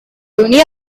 gurney